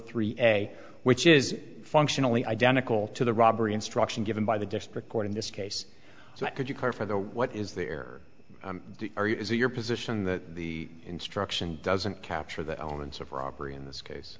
three a which is functionally identical to the robbery instruction given by the district court in this case so what could you claim for the what is there or is it your position that the instruction doesn't capture the elements of robbery in this case